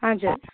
हजुर